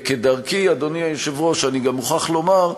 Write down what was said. כדרכי, אדוני היושב-ראש, אני גם מוכרח לומר,